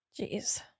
Jeez